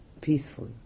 peaceful